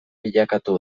bilakatu